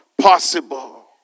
possible